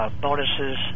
bonuses